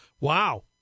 Wow